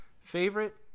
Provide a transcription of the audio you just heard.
Favorite